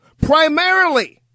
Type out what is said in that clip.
Primarily